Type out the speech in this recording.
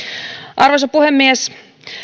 arvoisa puhemies